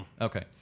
Okay